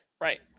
Right